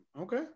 Okay